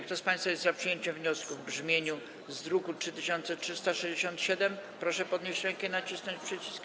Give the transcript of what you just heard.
Kto z państwa jest za przyjęciem wniosku w brzmieniu z druku nr 3367, proszę podnieść rękę i nacisnąć przycisk.